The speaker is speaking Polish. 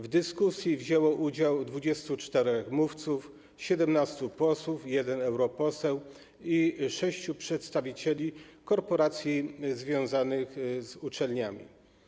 W dyskusji wzięło udział 24 mówców: 17 posłów, jeden europoseł i sześciu przedstawicieli korporacji związanych z uczelniami.